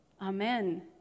Amen